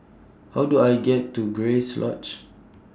How Do I get to Grace Lodge